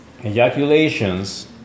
ejaculations